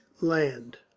land